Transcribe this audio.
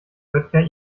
böttcher